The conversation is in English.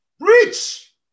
rich